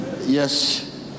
Yes